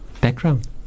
background